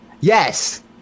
Yes